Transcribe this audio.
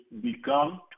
become